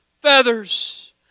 feathers